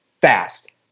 fast